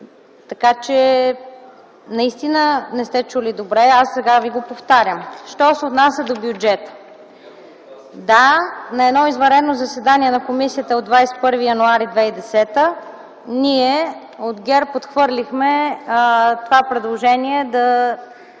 Така че наистина не сте чули добре. А сега ви го повтарям. Що се отнася до бюджета, да, на едно извънредно заседание на комисията от 21 януари 2010 г., ние от ГЕРБ отхвърлихме това предложение да